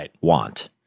want